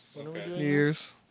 years